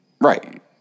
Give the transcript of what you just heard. right